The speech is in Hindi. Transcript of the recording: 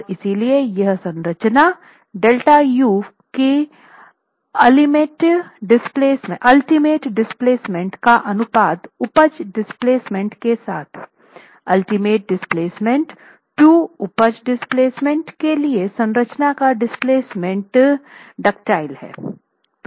और इसलिए यह संरचना Δu के अल्टीमेट डिस्प्लेसमेंट का अनुपात उपज डिस्प्लेसमेंट के साथ अल्टीमेट डिस्प्लेसमेंट टू उपज डिस्प्लेसमेंट के लिए संरचना का डिस्प्लेसमेंट दुक्तिलिटी है